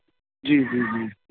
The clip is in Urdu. جی جی جی